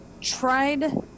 tried